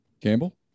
Campbell